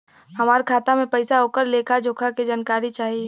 हमार खाता में पैसा ओकर लेखा जोखा के जानकारी चाही?